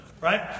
Right